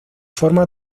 forma